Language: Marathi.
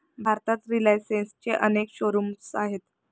भारतात रिलायन्सचे अनेक शोरूम्स आहेत